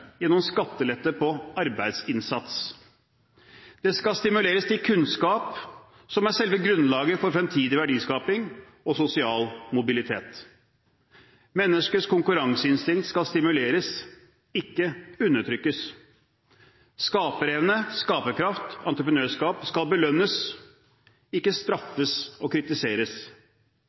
gjennom skattelette på arbeidsinnsats. Det skal stimuleres til kunnskap, som er selve grunnlaget for fremtidig verdiskaping og sosial mobilitet. Menneskets konkurranseinstinkt skal stimuleres – ikke undertrykkes. Skaperevne, skaperkraft, entreprenørskap skal belønnes – ikke straffes og kritiseres.